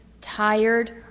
tired